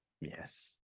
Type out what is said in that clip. Yes